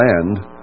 land